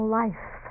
life